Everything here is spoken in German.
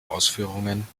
ausführungen